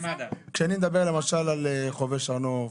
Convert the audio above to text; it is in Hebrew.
אני שואל אותך שאלה: כשאני מדבר למשל על חובש הר נוף,